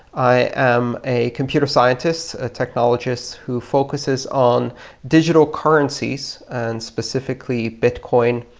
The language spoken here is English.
i am a computer scientist, a technologist who focuses on digital currencies and specifically bitcoin.